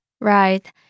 Right